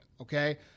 okay